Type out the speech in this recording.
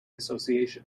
association